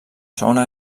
segona